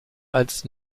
als